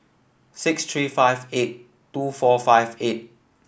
six three five eight two four five eight